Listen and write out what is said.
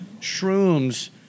shrooms